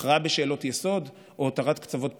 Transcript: הכרעה בשאלות יסוד או התרת קצוות פתוחים?